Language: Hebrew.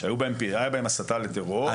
שהיה בהם הסתה לטרור,